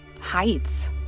heights